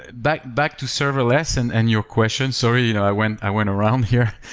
back back to serverless and and your question. sorry, you know i went i went around here.